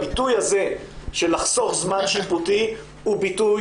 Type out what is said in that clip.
הביטוי הזה של "לחסוך זמן שיפוטי" הוא ביטוי